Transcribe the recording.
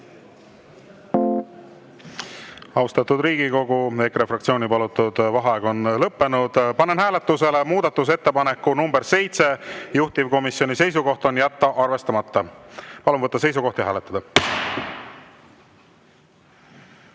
Austatud Riigikogu! EKRE fraktsiooni palutud vaheaeg on lõppenud. Panen hääletusele muudatusettepaneku nr 7, juhtivkomisjoni seisukoht on jätta arvestamata. Palun võtta seisukoht ja hääletada!